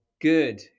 Good